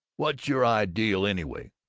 what's your ideal, anyway?